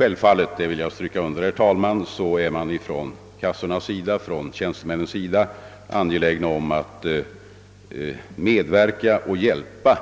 Jag vill understryka, herr talman, att tjänstemännen inom försäkringskassorna självfallet är angelägna om att bistå och hjälpa